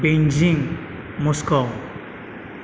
Beijing Moscow